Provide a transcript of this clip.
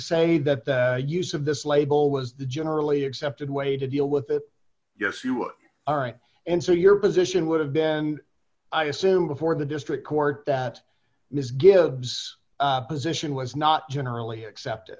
say that the use of this label was the generally accepted way to deal with it yes you are right and so your position would have been and i assume before the district court that ms gibbs position was not generally accepted